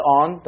on